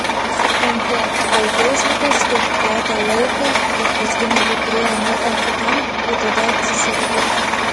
suprantu jei feisbukas taip ėda laiką kad paskui nebeturi jo niekam kitam tai tada atsisakyk